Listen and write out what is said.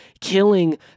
killing